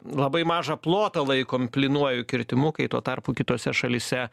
labai mažą plotą laikom plynuoju kirtimu kai tuo tarpu kitose šalyse